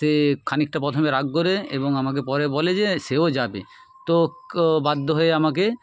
সে খানিকটা প্রথমে রাগ করে এবং আমাকে পরে বলে যে সেও যাবে তো বাধ্য হয়ে আমাকে